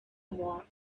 more